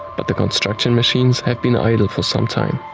but the construction machines have been idle for some time,